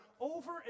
over